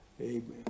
Amen